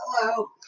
Hello